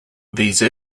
these